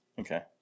okay